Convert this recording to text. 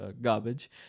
garbage